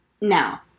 Now